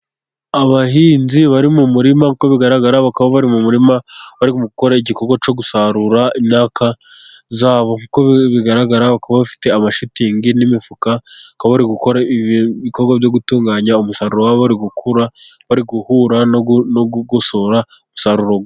Abahinzi bari mu murima, uko bigaragara bakaba bari mu murima bari gukora igikorwa cyo gusarura imyaka yabo, kuko bigaragara kuba bafite amashitingi n'imifuka bakaba bari gukora ibikorwa byo gutunganya umusaruro wabo, bari gukura, bari guhura no gukosora umusaruro.